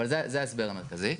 זה ההסבר המרכזי.